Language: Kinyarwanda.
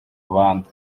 abandi